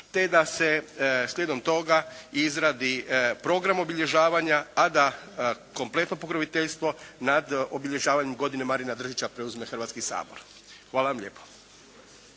te da se slijedom toga i izradi program obilježavanja, a da kompletno pokroviteljstvo nad obilježavanjem godine "Marina Držića" preuzme Hrvatski sabor. Hvala vam lijepo.